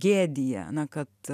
gėdija na kad